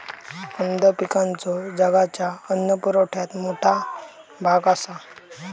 कंद पिकांचो जगाच्या अन्न पुरवठ्यात मोठा भाग आसा